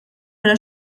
però